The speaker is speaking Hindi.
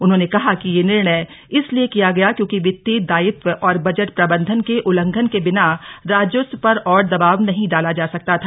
उन्होंने कहा कि यह निर्णय इसलिए किया गया क्योंकि वित्तीय दायित्व और बजट प्रबंधन के उल्लंघन के बिना राजस्व पर और दबाव नहीं डाला जा सकता था